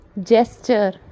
Gesture